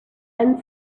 and